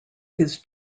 his